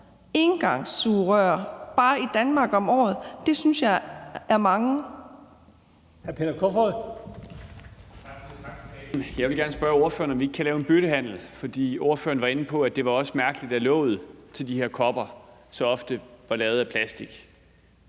engangssugerør bare i Danmark om året. Det synes jeg er mange.